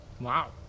Wow